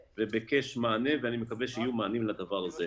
וביקש מענה ואני מקווה שיהיו מענים לדבר הזה.